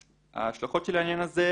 ההשלכות של העניין הזה,